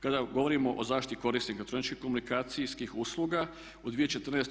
Kada govorimo o zaštiti korisnika elektroničkih komunikacijskih usluga u 2014.